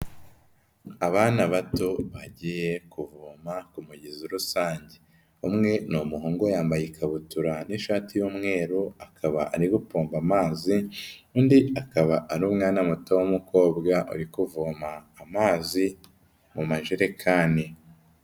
Abana bato bagiye kuvoma ku mugezi rusange, umwe ni umuhungu yambaye ikabutura n'ishati y'umweru akaba ari gupomba amazi, undi akaba ari umwana muto w'umukobwa uri kuvoma amazi mu majerekani.